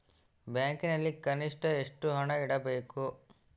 ಬ್ಯಾಂಕಿನಲ್ಲಿ ಕನಿಷ್ಟ ಎಷ್ಟು ಹಣ ಇಡಬೇಕು?